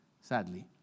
Sadly